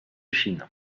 chine